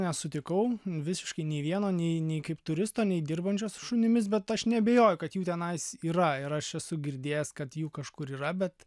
nesutikau visiškai nei vieno nei nei kaip turisto nei dirbančio su šunimis bet aš neabejoju kad jų tenais yra ir aš esu girdėjęs kad jų kažkur yra bet